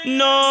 no